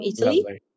Italy